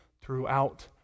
throughout